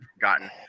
gotten